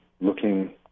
looking